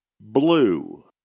blue